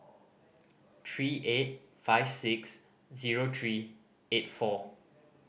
three eight five six zero three eight four